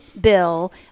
Bill